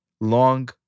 long